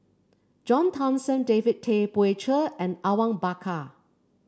John Thomson David Tay Poey Cher and Awang Bakar